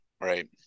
Right